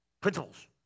Principles